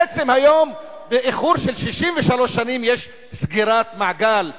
בעצם היום, באיחור של 63 שנים, יש סגירת מעגל.